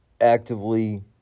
actively